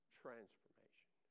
transformation